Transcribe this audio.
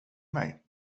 mig